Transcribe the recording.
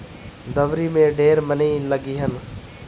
दँवरी में ढेर मनई लगिहन